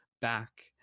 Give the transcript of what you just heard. back